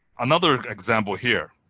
another example here,